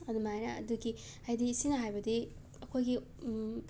ꯑꯗꯨꯃꯥꯏꯅ ꯑꯗꯨꯒꯤ ꯍꯥꯏꯗꯤ ꯑꯁꯤꯅ ꯍꯥꯏꯕꯗꯤ ꯑꯩꯈꯣꯏꯒꯤ